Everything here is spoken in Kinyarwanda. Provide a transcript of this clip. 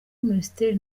minisiteri